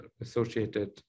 associated